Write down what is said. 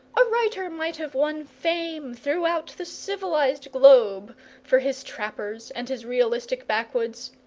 a writer might have won fame throughout the civilized globe for his trappers and his realistic backwoods,